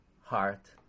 heart